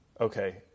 Okay